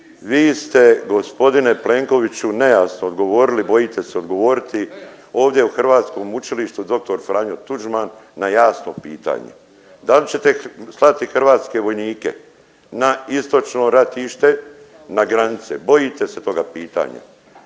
Vi ste gospodine Plenkoviću nejasno odgovorili, bojite se odgovoriti ovdje u hrvatskom učilištu dr. Franjo Tuđman na jasno pitanje. Da li ćete slati hrvatske vojnike na istočno ratište na granice, bojite se toga pitanja.